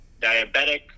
diabetic